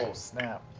so snap.